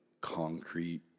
concrete